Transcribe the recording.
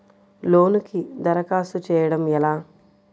లోనుకి దరఖాస్తు చేయడము ఎలా?